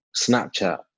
Snapchat